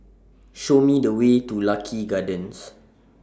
Show Me The Way to Lucky Gardens